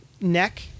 neck